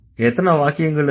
எத்தனை வாக்கியங்கள் இருக்கு